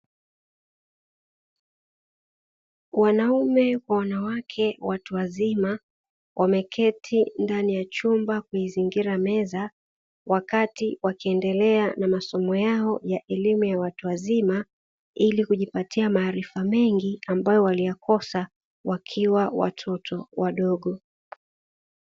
Wanaume kwa wanawake watu wazima, wameketi ndani ya chumba kuizingira meza, wakati wakiendelea na masomo yao ya elimu ya watu wazima, ili kujipatia maarifa mengi ambayo waliyakosa wakiwa watoto wadogo.